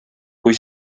kui